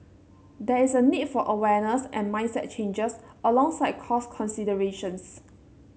there is a need for awareness and mindset changes alongside cost considerations